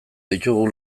ditugu